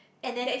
and then